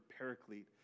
paraclete